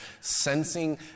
sensing